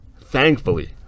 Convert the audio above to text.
thankfully